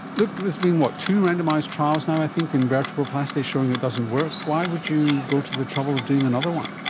look, there's been, what, two randomised trials now i think in vertebroplasty showing it doesn't work. why would you go to the trouble of doing another one?